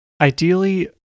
Ideally